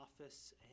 office